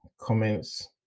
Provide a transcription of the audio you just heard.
comments